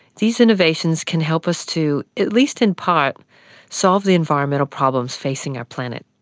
these innovations can help us to at least in part solve the environmental problems facing our planet.